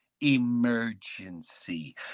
emergency